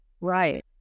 Right